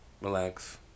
Relax